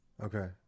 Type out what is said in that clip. okay